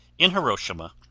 in hiroshima,